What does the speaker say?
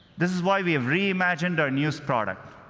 this is why we have re-imagined our news project.